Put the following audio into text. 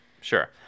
Sure